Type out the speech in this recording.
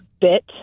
bit